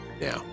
now